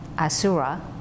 asura